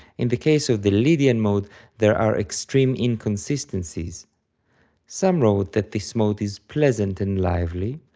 in the case of the lydian mode there are extreme inconsistencies some wrote that this mode is pleasant and lively,